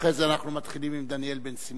ואחרי זה אנחנו מתחילים עם דניאל בן-סימון,